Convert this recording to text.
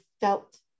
felt